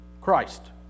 Christ